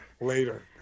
later